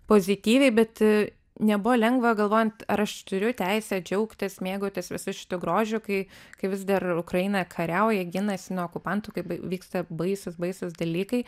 pozityviai bet nebuvo lengva galvojant ar aš turiu teisę džiaugtis mėgautis visu šitu grožiu kai kai vis dar ukraina kariauja ginasi nuo okupantų kai vyksta baisūs baisūs dalykai